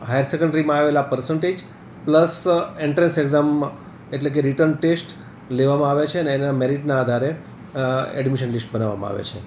higher સેકેનડરીમાં આવેલા percentage plus entrance એક્જામમાં એટલે કે રીટન ટેસ્ટ લેવામાં આવે છે એના મેરીટના આધારે એડમિશન લિસ્ટ બનાવામાં આવે છે